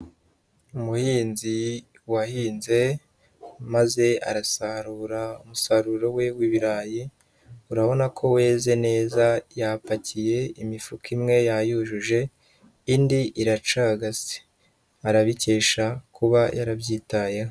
Umuhinzi wahinze maze arasarura umusaruro we w'ibirayi urabona ko weze neza yapakiye imifuka imwe yayujuje indi iracagase, arabikesha kuba yarabyitayeho.